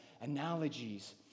analogies